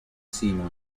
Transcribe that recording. simon